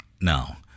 Now